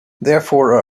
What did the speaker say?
therefore